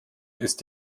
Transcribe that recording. ist